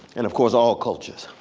and, of course, all cultures,